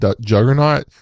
juggernaut